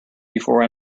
before